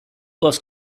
was